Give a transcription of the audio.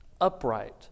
upright